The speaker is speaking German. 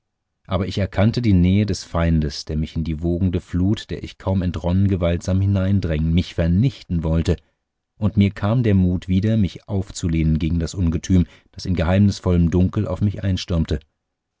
aber ich erkannte die nähe des feindes der mich in die wogende flut der ich kaum entronnen gewaltsam hineindrängen mich vernichten wollte und mir kam der mut wieder mich aufzulehnen gegen das ungetüm das in geheimnisvollem dunkel auf mich einstürmte